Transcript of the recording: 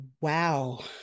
Wow